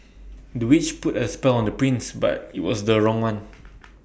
the witch put A spell on the prince but IT was the wrong one